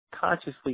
consciously